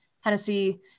Hennessy